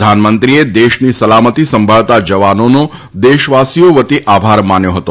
પ્રધાનમંત્રીએ દેશની સલામતી સંભાળતા જવાનોનો દેશવાસીઓ વતી આભાર માન્યો હતો